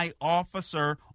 officer